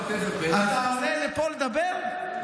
אתה עולה לפה לדבר?